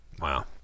Wow